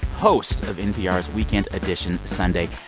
host of npr's weekend edition sunday.